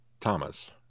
Thomas